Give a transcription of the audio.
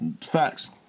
Facts